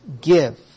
Give